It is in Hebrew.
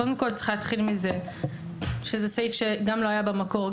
קודם כל צריך להתחיל מזה שזה סעיף שגם לא היה במקור,